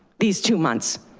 these two months,